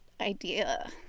idea